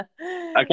Okay